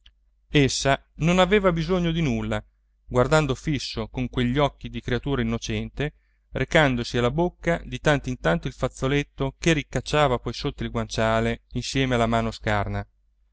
essa non aveva bisogno di nulla guardando fisso con quegli occhi di creatura innocente recandosi alla bocca di tanto in tanto il fazzoletto che ricacciava poi sotto il guanciale insieme alla mano scarna